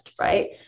right